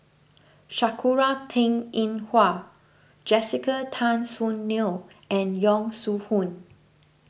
Sakura Teng Ying Hua Jessica Tan Soon Neo and Yong Shu Hoong